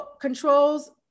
Controls